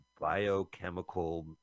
biochemical